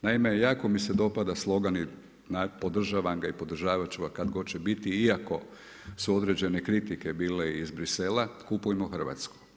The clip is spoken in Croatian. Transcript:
Naime jako mi se dopada slogan i podržavam ga i podržavat ću ga kada god će biti iako su određene kritike bile iz Bruxellesa „kupujmo hrvatsko“